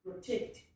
protect